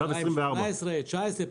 כרעיים 18-19 ₪,